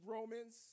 Romans